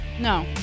No